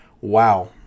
Wow